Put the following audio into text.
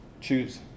Choose